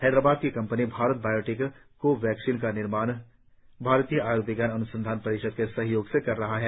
हैदराबाद की company Bharat Biotech Covaxin का निर्माण भारतीय आय्र्विज्ञान अन्संधान परिषद के सहयोग से कर रही है